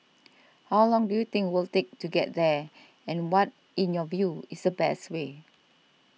how long do you think we'll take to get there and what in your view is the best way